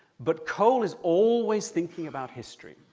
but cole is always thinking about history.